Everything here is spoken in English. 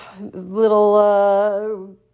little